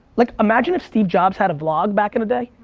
like imagine if steve jobs had a vlog back in the day.